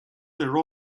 their